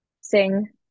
sing